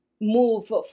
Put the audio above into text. move